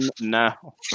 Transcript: now